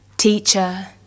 teacher